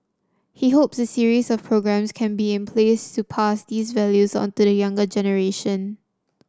he hopes a series of programmes can be in place to pass these values on to the younger generation